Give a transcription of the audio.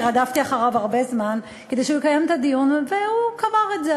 אני רדפתי אחריו הרבה זמן כדי שהוא יקיים את הדיון והוא קבר את זה,